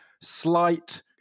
slight